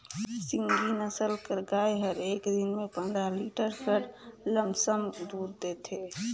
सिंघी नसल कर गाय हर एक दिन में पंदरा लीटर कर लमसम दूद देथे